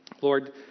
Lord